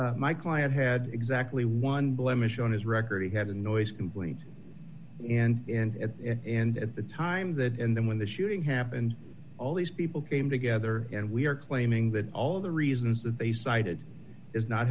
occurred my client had exactly one blemish on his record he had a noise complaint and at the end at the time that and then when the shooting happened all these people came together and we are claiming that all the reasons that they cited is not